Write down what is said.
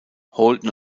holden